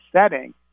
setting